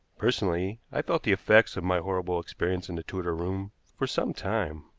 personally, i felt the effects of my horrible experience in the tudor room for some time,